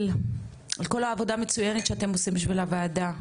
על כל העבודה המצוינת שאתם עושים בשביל הוועדה.